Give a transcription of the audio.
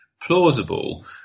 plausible